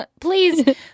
please